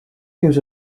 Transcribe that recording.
gives